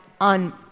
on